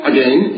Again